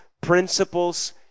principles